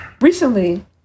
recently